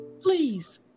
Please